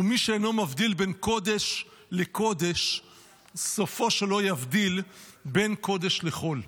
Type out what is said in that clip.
ומי שאינו מבדיל בין קודש לקודש סופו שלא יבדיל בין קודש לחול.